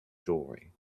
jewelery